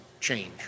change